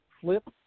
flip